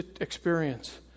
experience